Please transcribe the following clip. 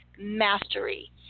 mastery